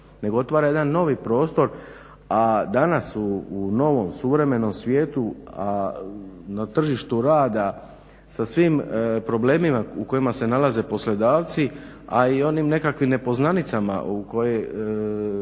nego otvara jedan novi prostor. A danas u novom suvremenom svijetu na tržištu rada sa svim problemima u kojima se nalaze poslodavci, a i onim nekakvim nepoznanicama u koje